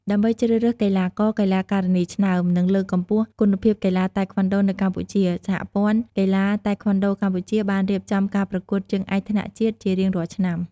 ដើម្បីជ្រើសរើសកីឡាករ-កីឡាការិនីឆ្នើម និងលើកកម្ពស់គុណភាពកីឡាតៃក្វាន់ដូនៅកម្ពុជា សហព័ន្ធកីឡាតៃក្វាន់ដូកម្ពុជាបានរៀបចំការប្រកួតជើងឯកថ្នាក់ជាតិជារៀងរាល់ឆ្នាំ។